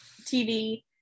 TV